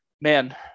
Man